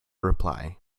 reply